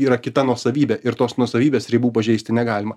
yra kita nuosavybė ir tos nuosavybės ribų pažeisti negalima